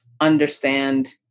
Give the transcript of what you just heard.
understand